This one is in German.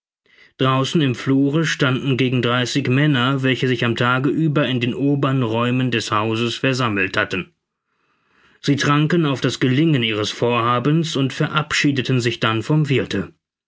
draußen im flure standen gegen dreißig männer welche sich am tage über in den obern räumen des hauses versammelt hatten sie tranken auf das gelingen ihres vorhabens und verabschiedeten sich dann vom wirthe